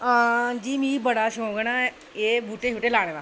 आं जी मिगी बड़े शौक न एह् बूह्टे लाने दा